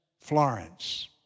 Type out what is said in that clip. Florence